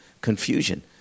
confusion